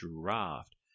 draft